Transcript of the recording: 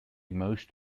most